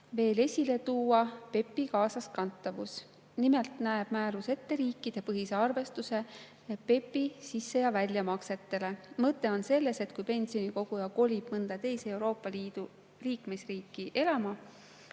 veel esile tuua, PEPP-i kaasaskantavus. Nimelt näeb määrus ette riikidepõhise arvestuse PEPP-i sisse- ja väljamaksete puhul. Mõte on selles, et kui pensionikoguja kolib mõnda teise Euroopa Liidu liikmesriiki elama,